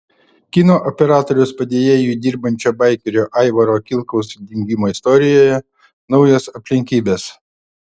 kino operatoriaus padėjėju dirbančio baikerio aivaro kilkaus dingimo istorijoje naujos aplinkybės